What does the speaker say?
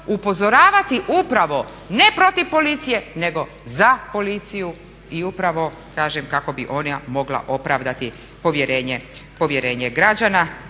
upozoravati upravo ne protiv policije nego za policiju i upravo kažem kako bi ona mogla opravdati povjerenje građana